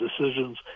decisions